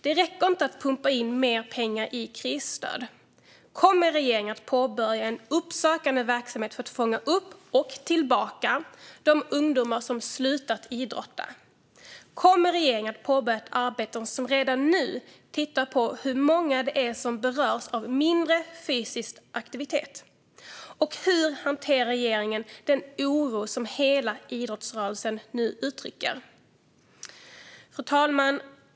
Det räcker inte att pumpa in mer pengar i krisstöd. Kommer regeringen att påbörja en uppsökande verksamhet för att fånga upp och få tillbaka de ungdomar som slutat idrotta? Kommer regeringen att påbörja ett arbete för att redan nu titta på hur många det är som berörs av minskad fysisk aktivitet? Och hur hanterar regeringen den oro som hela idrottsrörelsen nu uttrycker? Fru talman!